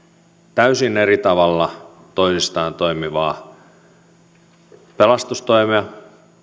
täysin eri tavalla toisistaan toimivaa pelastustoimea